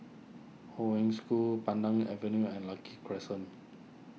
Hong Wen School Pandan Avenue and Lucky Crescent